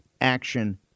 action